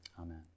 amen